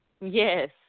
Yes